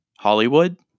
Hollywood